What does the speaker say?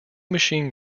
machine